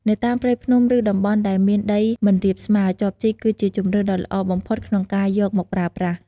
នៅតាមព្រៃភ្នំ ឬតំបន់ដែលមានដីមិនរាបស្មើ ចបជីកគឺជាជម្រើសដ៏ល្អបំផុតក្នុងការយកមកប្រើប្រាស់។